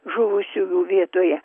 žuvusiųjų vietoje